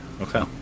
Okay